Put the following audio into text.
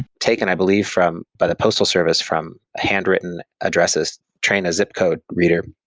taken i believe from by the postal service from handwritten addresses train a zip code reader